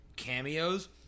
Cameos